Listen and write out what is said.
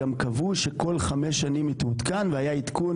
גם קבעו שכל חמש שנים היא תעודכן והיה עדכון